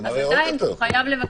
עדיין הוא חייב לבקש.